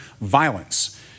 violence